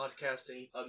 podcasting